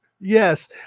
yes